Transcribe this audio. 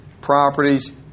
properties